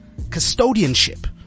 custodianship